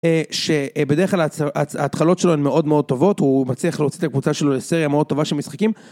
שבדרך כלל ההתחלות שלו הן מאוד מאוד טובות, הוא מצליח להוציא את הקבוצה שלו לסריה מאוד טובה שמשחקים